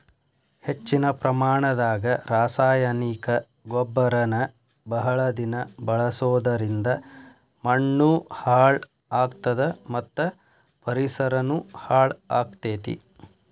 ಹೆಚ್ಚಿನ ಪ್ರಮಾಣದಾಗ ರಾಸಾಯನಿಕ ಗೊಬ್ಬರನ ಬಹಳ ದಿನ ಬಳಸೋದರಿಂದ ಮಣ್ಣೂ ಹಾಳ್ ಆಗ್ತದ ಮತ್ತ ಪರಿಸರನು ಹಾಳ್ ಆಗ್ತೇತಿ